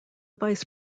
vice